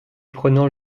prenant